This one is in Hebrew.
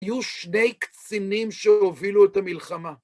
היו שני קצינים שהובילו את המלחמה.